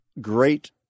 great